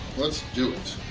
let's do it!